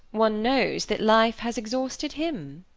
one knows that life has exhausted him.